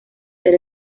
ser